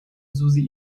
susi